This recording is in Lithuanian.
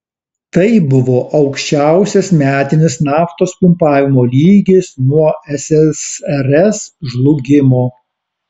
tai buvo aukščiausias metinis naftos pumpavimo lygis nuo ssrs žlugimo